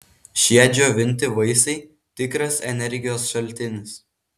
šie džiovinti vaisiai tikras energijos šaltinis